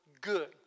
good